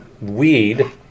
weed